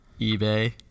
eBay